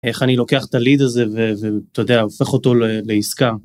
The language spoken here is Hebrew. איך אני לוקח את הליד הזה ואתה יודע הופך אותו לעסקה.